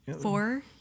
four